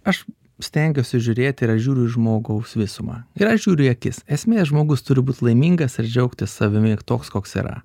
aš stengiuosi žiūrėti ir aš žiūriu į žmogaus visumą ir aš žiūriu į akis esmė žmogus turi būt laimingas ar džiaugtis savimi ir toks koks yra